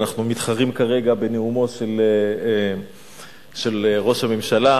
אנחנו מתחרים כרגע בנאומו של ראש הממשלה.